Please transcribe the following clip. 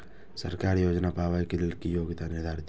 सरकारी योजना पाबे के लेल कि योग्यता निर्धारित छै?